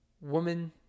Woman